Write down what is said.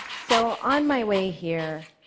so on my way here,